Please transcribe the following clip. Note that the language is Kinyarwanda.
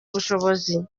ubushobozi